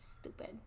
Stupid